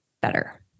better